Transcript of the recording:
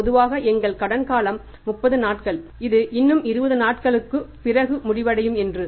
பொதுவாக எங்கள் கடன் காலம் 30 நாட்கள் இது இன்னும் 20 நாட்களுக்குப் பிறகு முடிவடையும் என்று